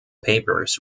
papers